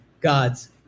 God's